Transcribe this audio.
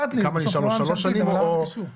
נשארות לו שלוש שנים או שמונה שנים?